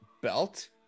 belt